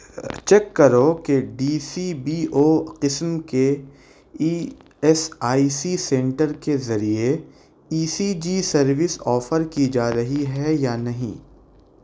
check کرو کہ D C B O قسم کے E S I C center کے ذریعے E C G service offer کی جا رہی ہے یا نہیں